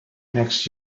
next